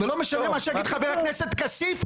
ולא משנה מה שיגיד חבר הכנסת כסיף.